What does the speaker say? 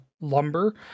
lumber